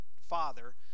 father